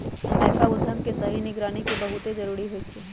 नयका उद्यम के सही निगरानी के बहुते जरूरी होइ छइ